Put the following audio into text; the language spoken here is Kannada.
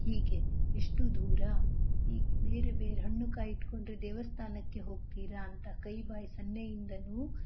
ಹೀಗೆ ಎಷ್ಟು ದೂರ ಹಿ ಬೇರೆ ಬೇರೆ ಹಣ್ಣು ಕಾಯಿ ಇಟ್ಕೊಂಡ್ರೆ ದೇವಸ್ಥಾನಕ್ಕೆ ಹೋಗ್ತೀರ ಅಂತ ಕೈ ಬಾಯಿ ಸನ್ನೆಯಿಂದನೂ